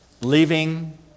leaving